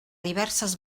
diverses